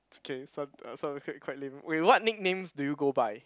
it's okay sound uh sounded quite quite lame okay what nicknames do you go by